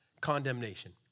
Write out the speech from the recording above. Condemnation